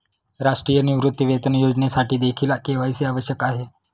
राष्ट्रीय निवृत्तीवेतन योजनेसाठीदेखील के.वाय.सी आवश्यक आहे